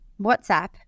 WhatsApp